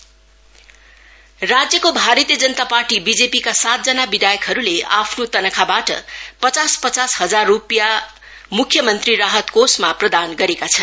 MLA कल अन् CM राज्यको भारती जनता पार्टी बीजेपी का सातजना विधायकहरूले आफ्नो तनखाबाट पचास पचास हजार रुपियाँ मुख्यमंत्री राहत कोषमा प्रदान गरेका छन्